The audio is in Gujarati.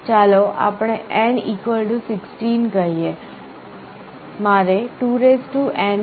ચાલો આપણે N 16 કહીએ